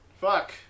Fuck